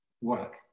work